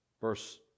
Verse